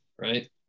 right